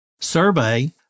survey